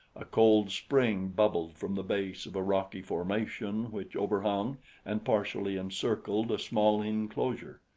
a cold spring bubbled from the base of a rocky formation which overhung and partially encircled a small inclosure.